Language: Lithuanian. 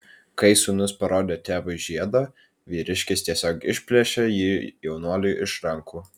kai sūnus parodė tėvui žiedą vyriškis tiesiog išplėšė jį jaunuoliui iš rankų